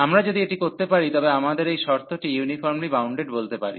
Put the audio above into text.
আমরা যদি এটি করতে পারি তবে আমাদের এই শর্তটি ইউনিফর্মলি বাউন্ডেড বলতে পারি